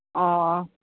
ꯑꯣ